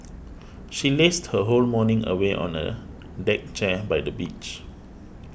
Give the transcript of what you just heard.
she lazed her whole morning away on a deck chair by the beach